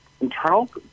Internal